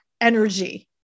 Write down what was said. energy